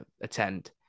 attend